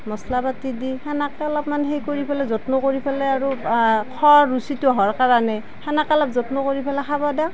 মছলা পাতি দি সেনেকে অলপমান সেই কৰি পেলাই যত্ন কৰি আৰু খোৱাৰ ৰুচিটো হোৱাৰ কাৰণে সেনেকা অলপ যত্ন কৰি পেলাই খাবা দেওঁ